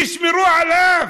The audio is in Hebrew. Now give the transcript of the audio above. תשמרו עליו.